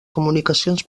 comunicacions